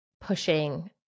pushing